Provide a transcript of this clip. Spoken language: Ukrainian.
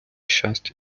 щастя